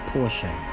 Portion